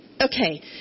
Okay